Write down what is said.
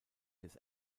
des